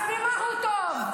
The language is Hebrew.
אז במה הוא טוב?